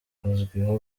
azwiho